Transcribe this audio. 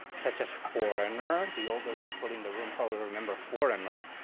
such as foreigner, the older people in the room probably remember foreigner.